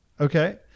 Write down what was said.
Okay